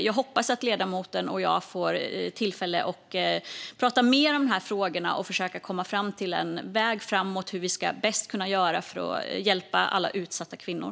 Jag hoppas att ledamoten och jag får tillfälle att prata mer om de här frågorna och försöka komma fram till hur vi bäst kan hjälpa alla utsatta kvinnor.